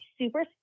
super